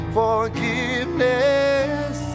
forgiveness